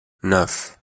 neuf